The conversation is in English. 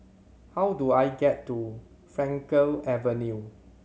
how do I get to Frankel Avenue